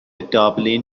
دابلین